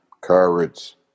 courage